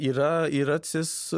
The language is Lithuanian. yra yra cis